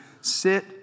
sit